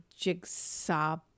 jigsaw